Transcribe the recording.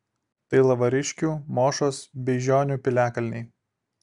tai lavariškių mošos beižionių piliakalniai